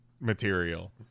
material